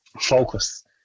focus